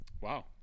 Wow